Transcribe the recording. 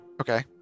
Okay